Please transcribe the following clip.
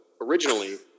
originally